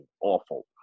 awful